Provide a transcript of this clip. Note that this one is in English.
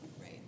Right